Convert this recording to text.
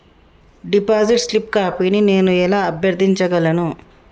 Deposit slip కాపీని నేను ఎలా అభ్యర్థించగలను?